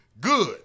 good